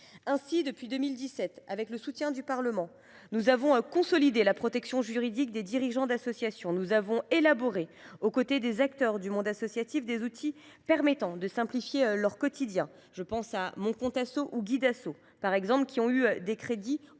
Ainsi, depuis 2017, avec le soutien du Parlement, nous avons consolidé la protection juridique des dirigeants d’associations. Nous avons élaboré, aux côtés des acteurs du monde associatif, des outils permettant de simplifier leur quotidien. Je pense au guichet unique Le Compte Asso ou au Guid’Asso, dont les crédits